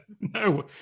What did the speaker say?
No